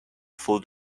full